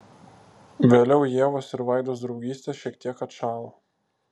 vėliau ievos ir vaidos draugystė šiek tiek atšalo